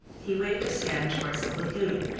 he waved his hand towards the lagoon,